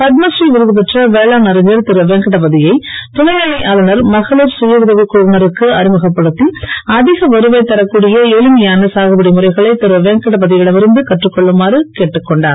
பத்மஸ்ரீ விருது பெற்ற வேளாண் அறிஞர் திரு வெங்கடபதியை துணை நிலை ஆளுநர் மகளிர் சுய உதவிக் குழுவினருக்கு அறிமுகப்படுத்தி அதிக வருவாய் தரக்கூடிய எளிமையான சாகுபடி முறைகளை திரு வெங்கடபதியிடம் இருந்து கற்றுக் கொள்ளுமாறு கேட்டுக் கொண்டார்